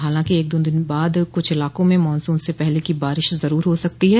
हालांकि एक दो दिन बाद कुछ इलाकों में मानसून से पहले की बारिश जरूर हो सकती है